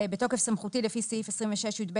התשפ"ג-2023 בתוקף סמכותי לפי סעיף 26יב(ב)